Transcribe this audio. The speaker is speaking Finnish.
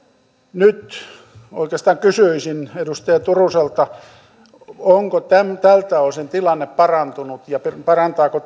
nyt oikeastaan kysyisin edustaja turuselta onko tältä osin tilanne parantunut ja parantaako